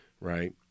right